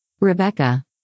Rebecca